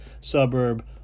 suburb